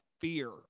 fear